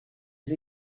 sie